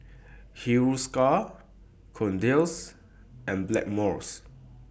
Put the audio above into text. Hiruscar Kordel's and Blackmores